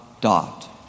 dot